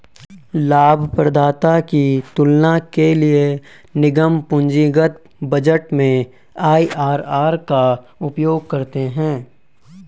लाभप्रदाता की तुलना के लिए निगम पूंजीगत बजट में आई.आर.आर का उपयोग करते हैं